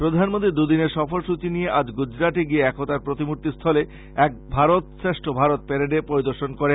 প্রধানমন্ত্রী দুদিনের সফরসূচী নিয়ে আজ গুজরাটে গিয়ে একতার প্রতিমূর্তি স্থলে এক ভারত শ্রেষ্ট ভারত পেরেড পরিদর্শন করেন